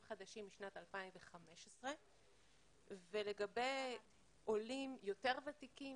חדשים שהם כאן משנת 2015. לגבי עולים יותר ותיקים,